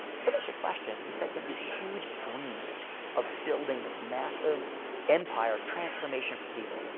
so that's your question, you said you have these huge dreams of building this massive empire transformation for people.